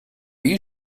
you